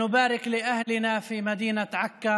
(אומר דברים בשפה הערבית,